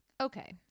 okay